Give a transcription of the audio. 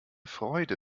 freude